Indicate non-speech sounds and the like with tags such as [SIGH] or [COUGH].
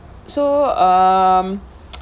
so um [NOISE]